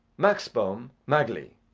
maxbohm, magley,